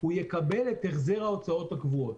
הוא יקבל את החזר ההוצאות הקבועות.